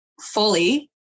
fully